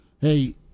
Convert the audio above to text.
hey